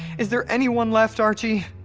is there anyone left, archie?